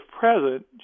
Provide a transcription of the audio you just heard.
present